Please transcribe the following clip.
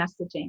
messaging